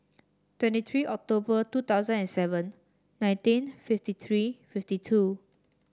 twenty three October two thousand and seven nineteen fifty three fifty two